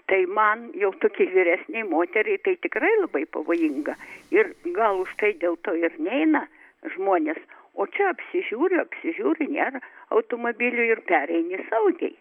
tai man jau tokiai vyresnei moteriai tai tikrai labai pavojinga ir gal dėl to ir neina žmonės o čia apsižiūriu apsižiūri nėra automabilių ir pereini saugiai